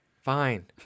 Fine